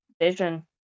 vision